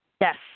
Yes